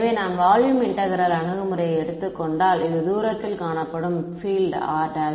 எனவே நான் volume integral அணுகுமுறையை எடுத்துக் கொண்டால் இது தூரத்தில் காணப்படும் பீல்ட் r'